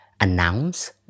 announce